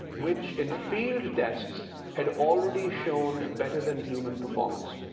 which in field tests had already shown better-than-human performance.